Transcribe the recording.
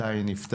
מתי היא נפתחת,